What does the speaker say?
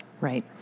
Right